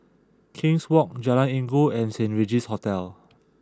King's Walk Jalan Inggu and Saint Regis Hotel